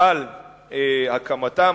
על הקמתם,